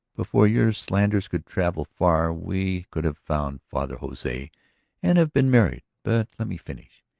before your slanders could travel far we could have found father jose and have been married. but let me finish.